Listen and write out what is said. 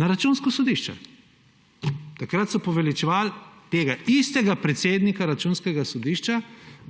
Na Računsko sodišče! Takrat so poveličevali tega istega predsednika Računskega sodišča,